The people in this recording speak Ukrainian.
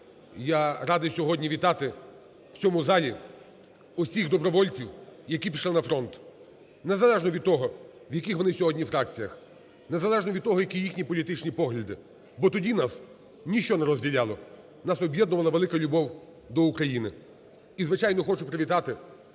Я радий сьогодні вітати у цьому залі усіх добровольців, які пішли на фронт, незалежно від того, в яких вони сьогодні фракціях, незалежно від того, які їхні політичні погляди, бо тоді нас ніщо не розділяло, нас об'єднувала велика любов до України. І, звичайно, хочу привітати